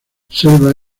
selva